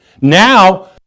Now